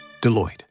Deloitte